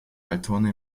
altona